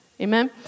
Amen